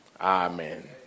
Amen